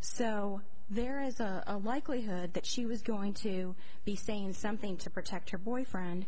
so there is a likelihood that she was going to be saying something to protect her boyfriend